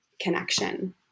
connection